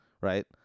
right